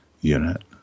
unit